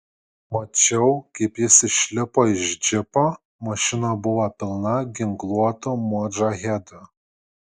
mačiau kaip jis išlipo iš džipo mašina buvo pilna ginkluotų modžahedų